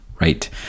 right